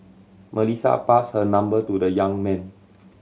Melissa passed her number to the young man